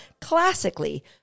classically